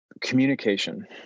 communication